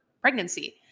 pregnancy